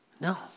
No